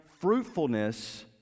fruitfulness